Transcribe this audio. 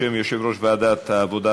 בשם יושב-ראש ועדת העבודה,